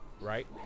Right